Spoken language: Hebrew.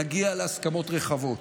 נגיע להסכמות רחבות.